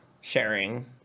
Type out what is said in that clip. sharing